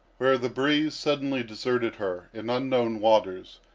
where the breeze suddenly deserted her, in unknown waters,